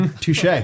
Touche